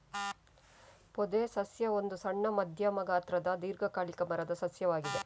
ಪೊದೆ ಸಸ್ಯ ಒಂದು ಸಣ್ಣ, ಮಧ್ಯಮ ಗಾತ್ರದ ದೀರ್ಘಕಾಲಿಕ ಮರದ ಸಸ್ಯವಾಗಿದೆ